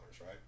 right